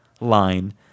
line